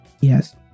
Yes